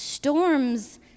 Storms